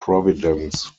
providence